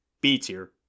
B-Tier